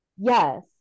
Yes